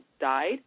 died